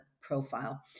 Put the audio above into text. profile